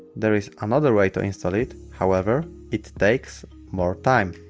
there is another way to install, it however it takes more time